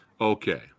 Okay